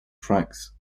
tracks